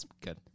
good